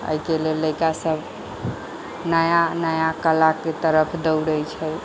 एहिके लेल लैड़का सब नया नया कला के तरफ दौड़ै छै